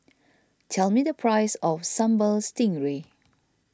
tell me the price of Sambal Stingray